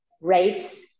race